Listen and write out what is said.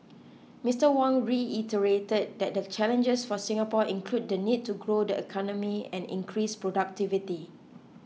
Mister Wong reiterated that the challenges for Singapore include the need to grow the economy and increase productivity